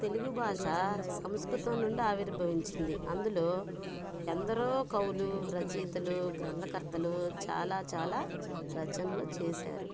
తెలుగు భాష సంస్కృతం నుండి ఆవిర్భవించింది అందులో ఎందరో కవులు రచయితలు గ్రంథకర్తలు చాలా చాలా రచనలు చేశారు